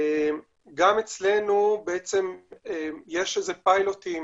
גם אצלנו יש פיילוטים